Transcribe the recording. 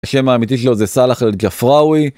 השם האמיתי שלו זה סלח אל ג'פראווי.